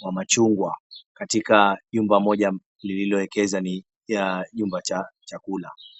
wa machungwa katika jumba moja lililowekeza kijumba cha chakula.